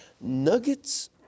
nuggets